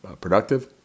productive